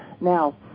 Now